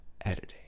editing